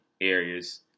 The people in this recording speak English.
areas